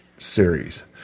series